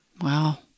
Wow